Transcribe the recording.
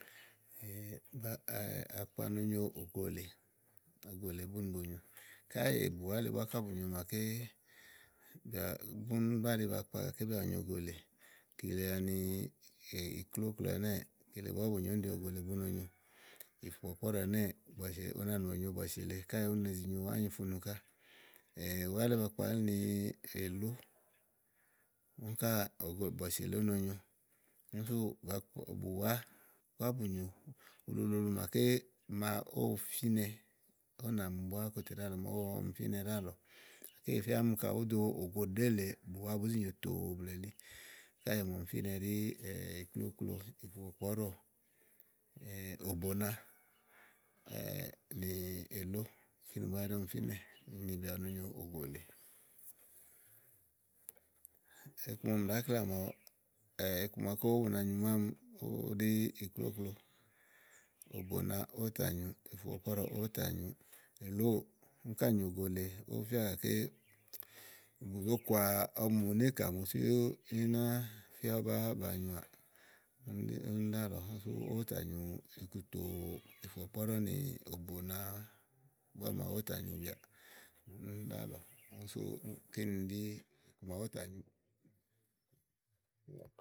akpa no nyo ògolee, ògo lèe búni bo nyo káyi bùwá le búá bù nyo màaké bìà, búni bá ɖi bakpa gàké bù nyo ògo lèe kile anì ani iklóklo ɛnɛ́ɛ kile búá bù nyo úni ɖi ni ògo lèe bú no nyo ìfùkpɔ̀kpɔɖɔ ɛnɛ́ɛ bɔ̀sì èle una nù onyo bɔ̀sì èle káèè úni ne zi nyo ányi funu ká ùwá le ba kpalí mi èlè úni káà bɔ̀sì èle úno nyo úni súù bùwá búá bù nyo ululuulu màaké áwo fínɛ mi búá ówò nàmi búá kòlè ɖálɔ̀ɔ màa ɔmi fínɛ ɖálɔɔ gàké ì fía ɔmi kayi bùú do ògoɖèé lèe bùwá búá bùú zi nyòo tòo blù elí káèè màa ɔmi fínɛ ɖí iklóklo, ìfùkpɔ̀kpɔ ɖɔ òbòna nì élì kínì búá ɛɖí ɔmi fínɛ́ ùni bìà bo nyo ògo lèe iku màa ɔmi ɖàá klà màawu iku maké ówo bu na nyu ámi ɖí iklóklo, òbòna ówò tà nyu, ìfùkpɔ̀kpɔ ɖɔ ówó tà nyu èlóò úni ká nyòo ògo lèe ówo fíà gàké bùzo kòà ɔmi mù níìkà mù sú í ná fía báá banyuàà yá úni ɖálɔ̀ɔ úni sú ówó tà nyu iku tòo, ìfùkpɔ̀kpɔ ɖɔ nì òbòna màa wu búá ówó tà nyubìà yá kínì ɖí màa ówó tà nyu.